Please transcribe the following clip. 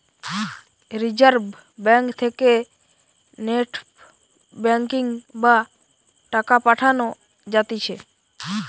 reserve bank থেকে NEFT banking বা টাকা পাঠান যাতিছে